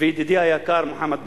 וידידי היקר מוחמד ברכה.